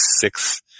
six